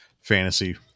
fantasy